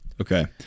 Okay